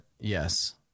yes